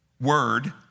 word